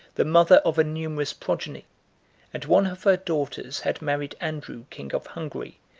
the mother of a numerous progeny and one of her daughters had married andrew king of hungary,